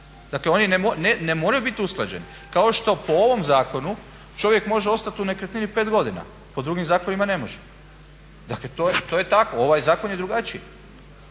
Dakle oni ne moraju biti usklađeni kao što po ovom zakonu čovjek može ostati u nekretnini 5 godina, po drugim zakonima ne može. Dakle, to je tako, ovaj zakon je drugačiji.